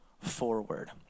forward